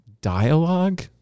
dialogue